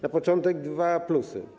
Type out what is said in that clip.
Na początek dwa plusy.